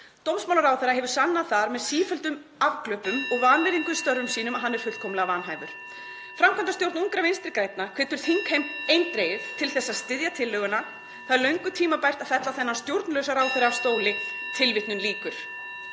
Dómsmálaráðherra hefur sannað það með sífelldum afglöpum og vanvirðingu í störfum sínum að hann er fullkomlega vanhæfur. (Forseti hringir.) Framkvæmdarstjórn Ungra Vinstri grænna hvetur þingheim eindregið til þess að styðja tillöguna, það er löngu tímabært að fella þennan stjórnlausa ráðherra af stóli.“ Þetta er